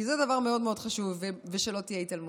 כי זה דבר מאוד מאוד חשוב, ושלא תהיה התעלמות.